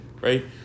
Right